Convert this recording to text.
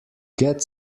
get